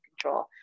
control